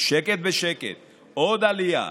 בשקט בשקט עוד עלייה,